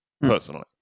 personally